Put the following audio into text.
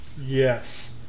Yes